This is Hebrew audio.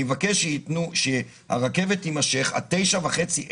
אני מבקש שהרכבת תמשיך לפעול עד 21:30,